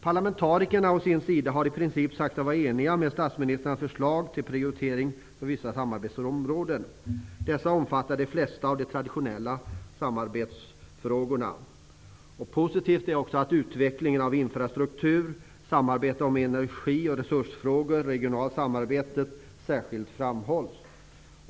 Parlamentarikerna å sin sida har i princip sagt sig vara eniga och instämma i statsministrarnas förslag till prioritering på vissa samarbetsområden. Dessa omfattar de flesta av de traditionella samarbetsfrågorna. Positivt är också att utvecklingen av infrastruktur, samarbete om energi och resursfrågor samt regionalt samarbete särskilt framhålls.